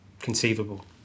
conceivable